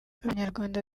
abanyarwanda